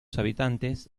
habitantes